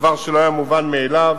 דבר שלא היה מובן מאליו.